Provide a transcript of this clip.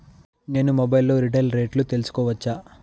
నేను మొబైల్ లో రీటైల్ రేట్లు తెలుసుకోవచ్చా?